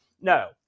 No